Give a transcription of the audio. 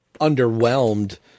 underwhelmed